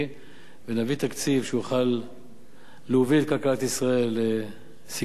ונביא תקציב שיוכל להביא את כלכלת ישראל לשגשוג כלכלי.